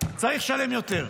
צריך לשלם יותר.